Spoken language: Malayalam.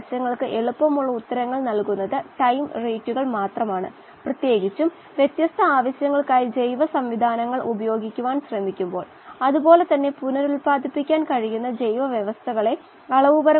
വായുവിൽ 100 ശതമാനം ഓക്സിജൻ ആക്കിയാൽ 100 ഓക്സിജൻ വാതകം കൊണ്ട് മാറ്റുകയാണെങ്കിൽ ദ്രാവകത്തിലെ ഓക്സിജന്റെ ഗാഢതയും വളരെ വ്യത്യസ്തമാകുംഅത് 40 പി